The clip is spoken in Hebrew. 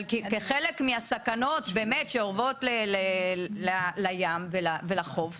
אבל כחלק מהסכנות שבאמת אורבות לים ולחוף,